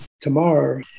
Tomorrow